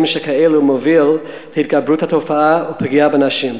כאלה מוביל להתגברות התופעה ולפגיעה בנשים.